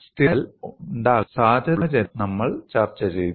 സ്ഥിരമായ വിള്ളൽ ഉണ്ടാകാൻ സാധ്യതയുള്ള സാഹചര്യങ്ങളും നമ്മൾ ചർച്ചചെയ്തു